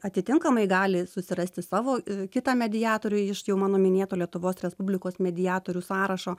atitinkamai gali susirasti savo kitą mediatorių iš mano minėto lietuvos respublikos mediatorių sąrašo